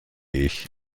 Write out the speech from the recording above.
ich